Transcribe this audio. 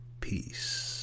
peace